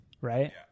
right